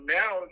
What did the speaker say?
now